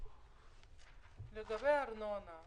לגבי הארנונה,